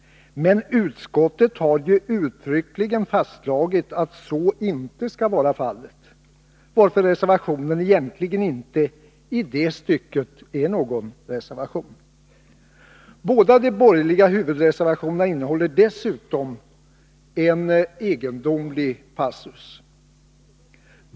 Men utskottet har ju uttryckligen fastslagit att så inte skall vara fallet, varför reservationen egentligen inte i det stycket är någon reservation. Båda de borgerliga huvudreservationerna innehåller dessutom en egendomlig passus.